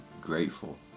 grateful